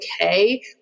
okay